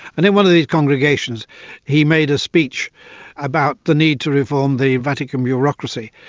and in one of these congregations he made a speech about the need to reform the vatican bureaucracy,